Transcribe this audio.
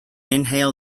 inhale